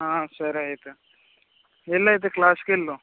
సరే అయితే వెళ్ళయితే క్లాసుకి వెళ్ళు